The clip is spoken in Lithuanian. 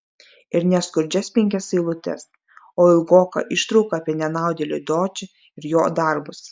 ir ne skurdžias penkias eilutes o ilgoką ištrauką apie nenaudėlį dočį ir jo darbus